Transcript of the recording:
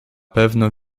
pewno